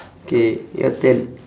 K your turn